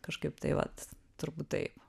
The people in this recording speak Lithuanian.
kažkaip tai vat turbūt taip